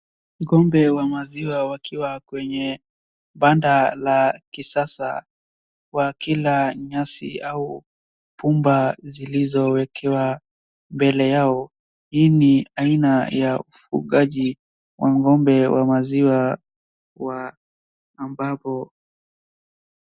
Ng'ombe wa maziwa wakiwa kwenye banda la kisasa wakila nyasi au pumba zilizowekewa mbele yao. Hii ni aina ya ufugaji wa ng'ombe wa maziwa wa ambapo.